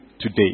today